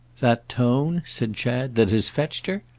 that tone, said chad, that has fetched her?